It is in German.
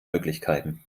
möglichkeiten